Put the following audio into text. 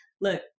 look